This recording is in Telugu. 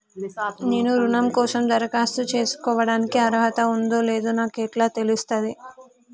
నేను రుణం కోసం దరఖాస్తు చేసుకోవడానికి అర్హత ఉందో లేదో నాకు ఎట్లా తెలుస్తది?